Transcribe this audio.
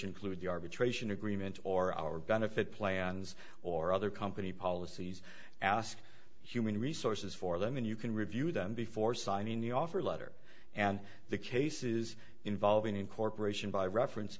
include the arbitration agreement or our benefit plans or other company policies ask human resources for them and you can review them before signing the offer letter and the cases involving incorporation by reference